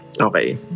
okay